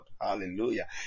Hallelujah